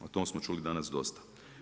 O tom smo čuli danas dosta.